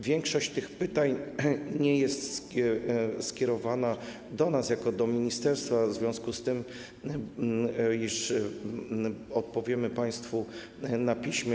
Większość tych pytań nie jest skierowana do nas jako do ministerstwa, w związku z czym odpowiemy państwu na piśmie.